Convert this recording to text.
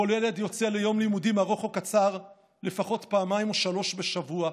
כל ילד יוצא ליום לימודים ארוך או קצר לפחות פעמיים או שלוש בשבוע.